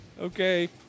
Okay